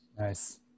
Nice